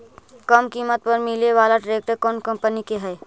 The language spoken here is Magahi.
कम किमत पर मिले बाला ट्रैक्टर कौन कंपनी के है?